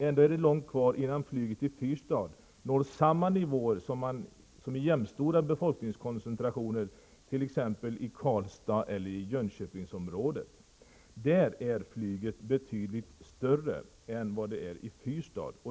Ändå är det långt kvar innan flyget i Fyrstad når samma nivåer som i jämnstora befolkningskoncentrationer, t.ex. i Karlstads och Jönköpingsområdet. Där är flyget betydligt större än vad det är i Fyrstad.